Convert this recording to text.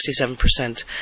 67%